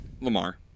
Lamar